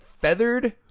feathered